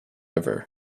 river